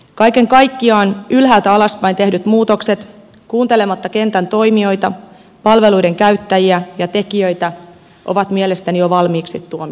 kaiken kaikkiaan ylhäältä alaspäin tehdyt muutokset kuuntelematta kentän toimijoita palveluiden käyttäjiä ja tekijöitä ovat mielestäni jo valmiiksi tuomittavia